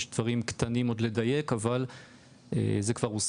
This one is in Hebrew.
יש דברים קטנים עוד לדייק אבל זה כבר הוסכם.